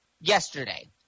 yesterday